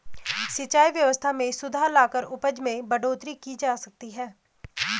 सिंचाई व्यवस्था में सुधार लाकर उपज में बढ़ोतरी की जा सकती है